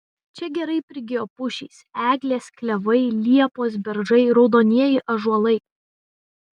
čia gerai prigijo pušys eglės klevai liepos beržai raudonieji ąžuolai